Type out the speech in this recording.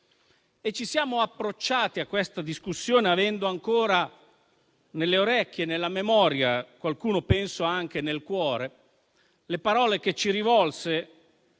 Ci siamo approcciati a questa discussione avendo ancora nelle orecchie e nella memoria, qualcuno penso anche nel cuore, le parole che ci rivolse